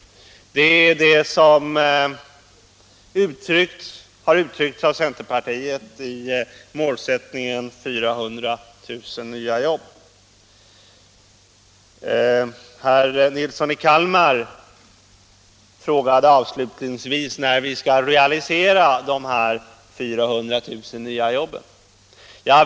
Det är detta som har uttryckts av centerpartiet i målsättningen 400 000 nya jobb. Herr Nilsson i Kalmar frågade avslutningsvis när vi skall realisera de här 400 000 nya jobben.